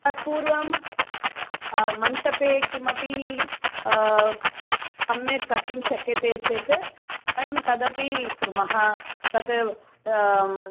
तत्पूर्वं मण्डपे किमपि सम्यक् कर्तुं शक्यते चेत् वयं तदपि कुर्मः तत्